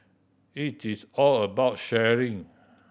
it is all about sharing